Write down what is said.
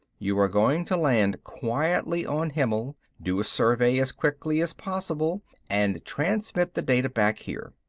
you are going to land quietly on himmel, do a survey as quickly as possible and transmit the data back here.